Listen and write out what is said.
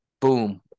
boom